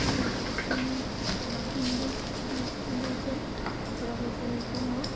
आरो जोंनि हिन्दु बि हिन्दुजिम बेफोरावबो जे दङ